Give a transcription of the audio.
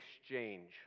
exchange